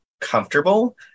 comfortable